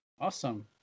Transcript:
Awesome